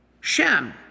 Shem